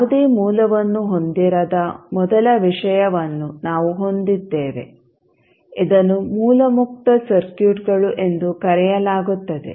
ಯಾವುದೇ ಮೂಲವನ್ನು ಹೊಂದಿರದ ಮೊದಲ ವಿಷಯವನ್ನು ನಾವು ಹೊಂದಿದ್ದೇವೆ ಇದನ್ನು ಮೂಲ ಮುಕ್ತ ಸರ್ಕ್ಯೂಟ್ಗಳು ಎಂದು ಕರೆಯಲಾಗುತ್ತದೆ